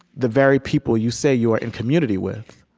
the very people you say you are in community with,